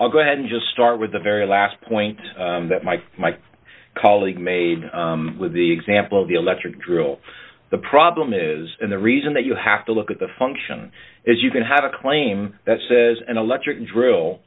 i'll go ahead and just start with the very last point that my colleague made with the example of the electric drill the problem is and the reason that you have to look at the function is you can have a claim that says an electric drill